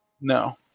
No